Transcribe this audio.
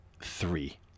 three